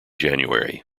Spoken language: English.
january